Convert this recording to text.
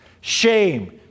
shame